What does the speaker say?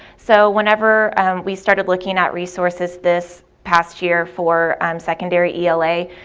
so whenever we started looking at resources, this past year for um secondary ela,